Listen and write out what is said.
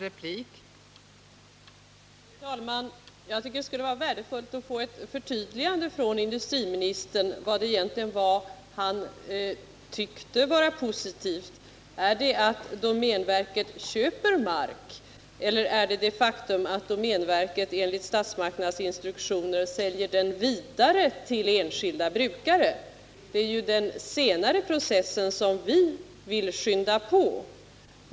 Fru talman! Jag tycker det skulle vara värdefullt att få höra ett förtydligande från industriministern av vad han egentligen anser vara positivt. Är det att domänverket köper mark eller är det det faktum att domänverket enligt statsmakternas instruktioner säljer den marken vidare till enskilda brukare? Det är ju den senare processen som vi vill skynda på.